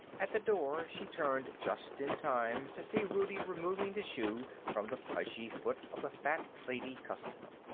at the door she turned just in time to see rudie removing the shoe from the pudgy foot of the fat lady customer.